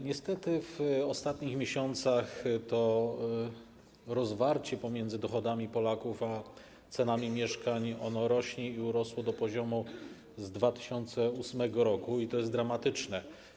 Niestety w ostatnich miesiącach ten rozdźwięk między dochodami Polaków a cenami mieszkań rośnie, urósł do poziomu z 2008 r., i to jest dramatyczne.